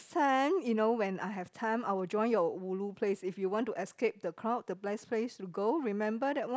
time you know when I have time I will join your ulu place if you want to escape the crowd the best place to go remember that one